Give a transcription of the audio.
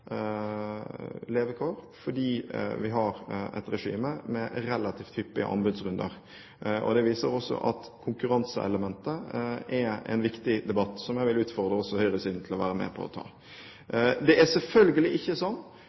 levekår, fordi vi har et regime med relativt hyppige anbudsrunder. Det viser også at konkurranseelementet er tema for en viktig debatt, som jeg også vil utfordre høyresiden til å være med på. Den evalueringen vi nå har satt i gang av Forvaltningsreformen, betyr selvfølgelig ikke